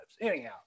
anyhow